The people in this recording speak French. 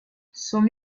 son